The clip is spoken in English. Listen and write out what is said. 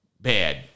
bad